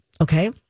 Okay